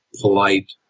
polite